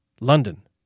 London